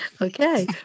Okay